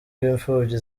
b’imfubyi